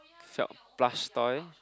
felt plush toy